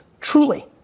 truly